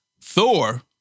Thor